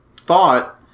thought